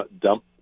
dump